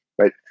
right